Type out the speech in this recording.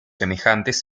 semejantes